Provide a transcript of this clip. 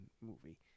movie